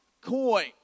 coin